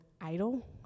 idol